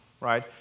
Right